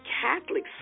Catholic